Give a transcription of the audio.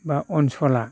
एबा ओनसोला